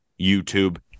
YouTube